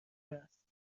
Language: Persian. است